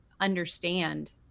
understand